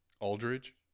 Aldridge